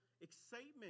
excitement